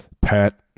Pat